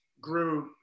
grew